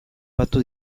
batu